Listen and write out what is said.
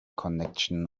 connection